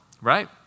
Right